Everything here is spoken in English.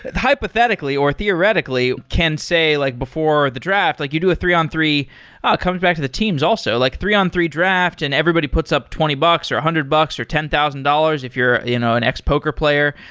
and hypothetically or theoretically can say like before the draft, like you do a three on three oh! it comes back to the teams also. like three on three draft and everybody puts up twenty bucks or hundred bucks or ten thousand dollars if you're you know an ex-poker player,